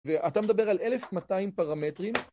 ואתה מדבר על 1200 פרמטרים.